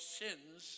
sins